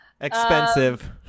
Expensive